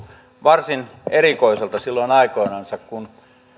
varsin erikoiselta silloin aikoinansa kun